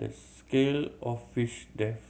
the scale of fish death